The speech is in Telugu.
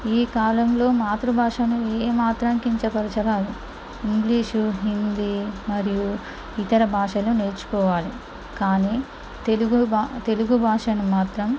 ఈ కాలంలో మాతృ భాషను ఏ మాత్రం కించపరచరాదు ఇంగ్లీషు హింది మరియు ఇతర భాషను నేర్చుకోవాలి కానీ తెలుగు భా తెలుగు భాషను మాత్రం